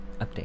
Update